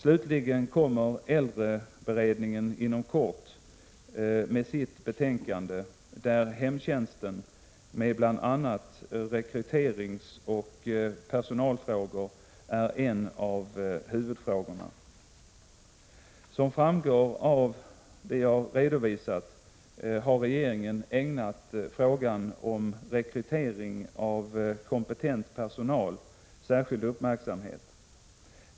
Slutligen kommer äldreberedningen inom kort med sitt betänkande där hemtjänsten med bl.a. rekryteringsoch personalfrågor är en av huvudfrågorna. Som framgår av det jag redovisat, har regeringen ägnat frågan om rekrytering av kompetent personal särskild uppmärksamhet.